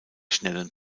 schnellen